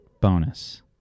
bonus